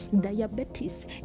Diabetes